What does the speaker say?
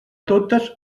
totes